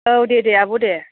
औ दे दे आब' दे